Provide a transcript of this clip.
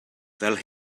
fel